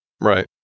Right